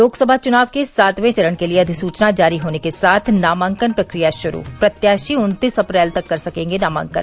लोकसभा चुनाव के सातवें चरण के लिये अधिसूचना जारी होने के साथ नामांकन प्रक्रिया श्रू प्रत्याशी उन्तीस अप्रैल तक कर सकेंगे नामांकन